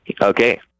Okay